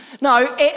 No